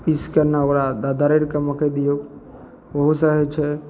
पीसिके नहि ओकरा दरड़िके मकइ दिऔ ओहोसे होइ छै